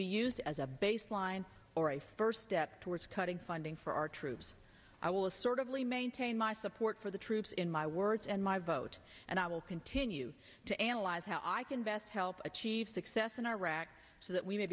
be used as a baseline or i first step towards cutting funding for our troops i will assertively maintain my support for the troops in my words and my vote and i will continue to analyze how i can best help achieve success in iraq so that we